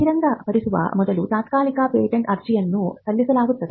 ಬಹಿರಂಗಪಡಿಸುವ ಮೊದಲು ತಾತ್ಕಾಲಿಕ ಪೇಟೆಂಟ್ ಅರ್ಜಿಯನ್ನು ಸಲ್ಲಿಸಲಾಗುತ್ತದೆ